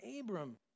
Abram